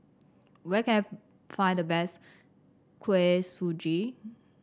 where can I find the best Kuih Suji